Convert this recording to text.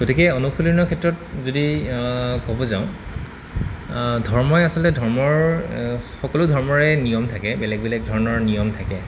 গতিকে অনুশীলনৰ ক্ষেত্ৰত যদি ক'ব যাওঁ ধৰ্মই আচলতে ধৰ্মৰ সকলো ধৰ্মৰে নিয়ম থাকে বেলেগ বেলেগ ধৰণৰ নিয়ম থাকে